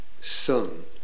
Son